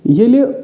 ییٚلہِ